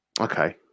Okay